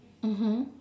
mmhmm